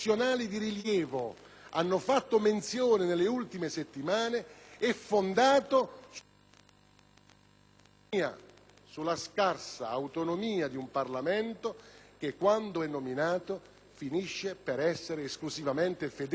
sulla scarsa autonomia del Parlamento che, quando è nominato, finisce per essere esclusivamente fedele, non ai cittadini, non ai territori, ma soltanto alle figure che hanno indicato i parlamentari.